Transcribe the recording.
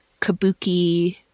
kabuki-